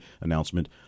announcement